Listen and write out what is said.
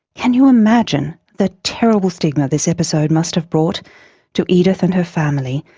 can you imagine the terrible stigma this episode must have brought to edith and her family,